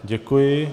Děkuji.